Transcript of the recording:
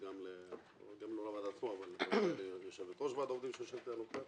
גם ליושבת ראש ועד העובדים שיושבת אתנו כאן